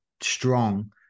strong